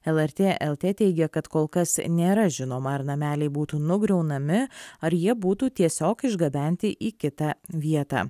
lrt lt teigė kad kol kas nėra žinoma ar nameliai būtų nugriaunami ar jie būtų tiesiog išgabenti į kitą vietą